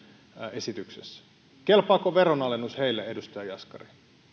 esityksessä kelpaako veronalennus heille edustaja jaskari